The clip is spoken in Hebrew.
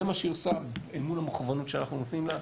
זה מה שהיא עושה אל מול המוכוונות שאנחנו נותנים לה.